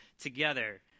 together